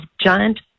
giant